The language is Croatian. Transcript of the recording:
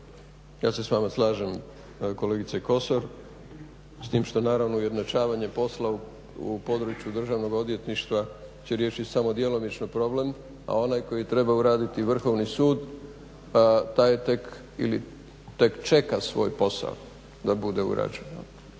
Ja se s vama slažem kolegice Kosor, s tim što naravno ujednačavanje posla u području državnog odvjetništva će riješit samo djelomično problem, a onaj koji treba uraditi Vrhovni sud taj tek čeka svoj posao da bude ….